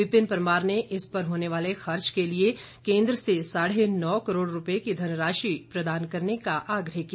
विपिन परमार ने इस पर होने वाले खर्च के लिए केन्द्र से साढ़े नौ करोड़ रूपये की धनराशि प्रदान करने का आग्रह किया